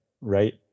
right